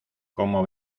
como